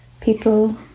people